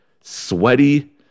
sweaty